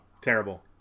Terrible